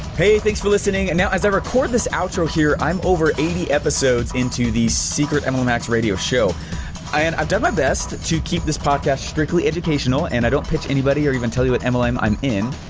hey thanks for listening and now as i record this outro here i'm over eighty episodes into the secrete and mlm hacks radio show, and i've done my best to keep this podcast strictly educational and i don't pitch anybody or even tell you what and mlm i'm i'm in,